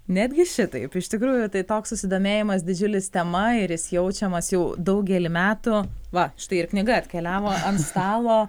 netgi šitaip iš tikrųjų tai toks susidomėjimas didžiulis tema ir jis jaučiamas jau daugelį metų va štai ir knyga atkeliavo ant stalo